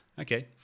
Okay